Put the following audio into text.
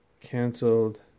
canceled